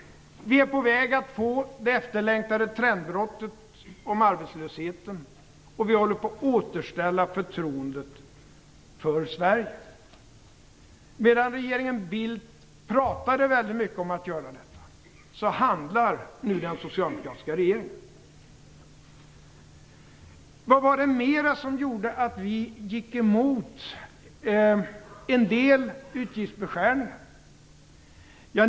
Vi är på väg att få det efterlängtade trendbrottet vad gäller arbetslösheten. Vi håller på att återställa förtroendet för Sverige. Medan regeringen Bildt pratade väldigt mycket om att göra detta, handlar nu den socialdemokratiska regeringen. Vad var det mer som gjorde att vi gick emot en del utgiftsbeskärningar?